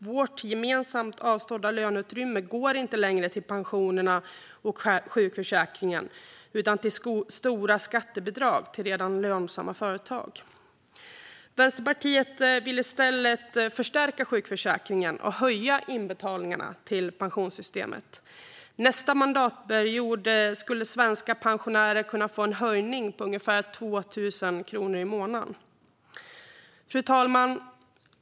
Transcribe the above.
Det löneutrymme som vi gemensamt avstår går inte längre till pensionerna och sjukförsäkringen utan till stora skattebidrag till redan lönsamma företag. Vänsterpartiet vill i stället förstärka sjukförsäkringen och höja inbetalningarna till pensionssystemet. Nästa mandatperiod skulle svenska pensionärer kunna få en höjning på ungefär 2 000 kronor i månaden. Fru talman!